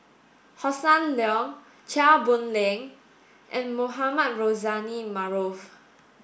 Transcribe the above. Hossan Leong Chia Boon Leong and Mohamed Rozani Maarof